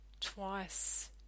twice